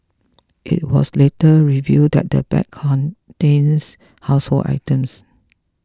it was later revealed that the bag contained household items